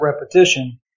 repetition